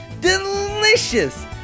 Delicious